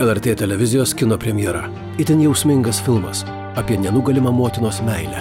lrt televizijos kino premjera itin jausmingas filmas apie nenugalima motinos meilę